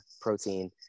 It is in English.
protein